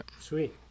Sweet